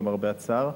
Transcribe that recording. למרבה הצער,